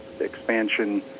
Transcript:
expansion